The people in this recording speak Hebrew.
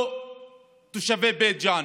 לא תושבי בית ג'ן.